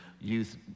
youth